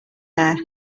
there